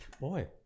Boy